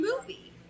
movie